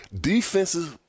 Defenses